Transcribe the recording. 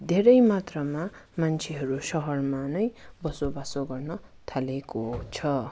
धेरै मात्रामा मान्छेहरू सहरमा नै बसोबासो गर्न थालेको छ